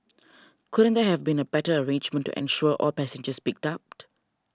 couldn't there have been a better arrangement to ensure all passengers picked up